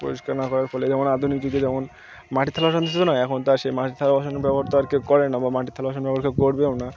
পরিষ্কার না করার ফলে যেমন আধুনিক যুগে যেমন মাটির থালাবাসন তো নয় এখন তারা সেই মাটির থালা বাসন ব্যবহার তো আর কী করে না বা মাটির থালা বাসন ব্যবহার করবেও না